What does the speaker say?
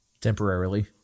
temporarily